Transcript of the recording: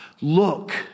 Look